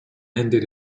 ended